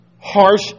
harsh